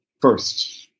first